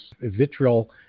vitriol